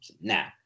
now